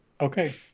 Okay